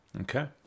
Okay